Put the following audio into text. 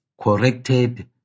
corrected